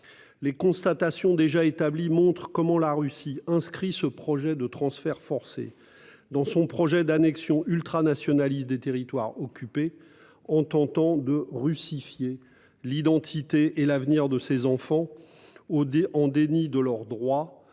Les constatations déjà établies montrent comment la Russie inscrit ces transferts forcés dans son projet d'annexion ultranationaliste des territoires occupés en tentant de russifier l'identité et l'avenir de ses enfants, déniant ainsi leurs droits,